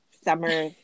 summer